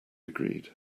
agreed